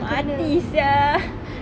mati sia